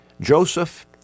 Joseph